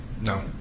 No